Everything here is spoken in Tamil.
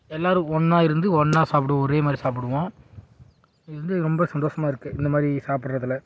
எல்லாேரும் ஒன்றா இருந்து ஒன்றா சாப்பிடுவோம் ஒரே மாதிரி சாப்பிடுவோம் இது வந்து ரொம்ப சந்தோஷமா இருக்குது இந்த மாதிரி சாப்பிட்றதுல